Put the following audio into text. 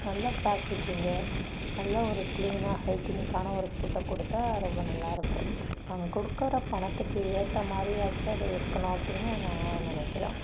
நல்ல பேக்கேஜிங்கு நல்ல ஒரு க்ளீனாக ஹைஜீனிக்கான ஒரு ஃபுட்டை கொடுத்தா ரொம்ப நல்லாயிருக்கும் நாங்கள் கொடுக்கற பணத்துக்கு ஏற்ற மாதிரியாச்சும் அது இருக்கணும் அப்படின்னு நான் நினைக்கிறேன்